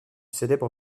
célèbre